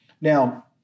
Now